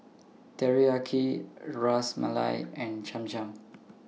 Teriyaki Ras Malai and Cham Cham